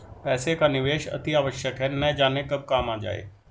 पैसे का निवेश अतिआवश्यक है, न जाने कब काम आ जाए